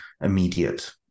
immediate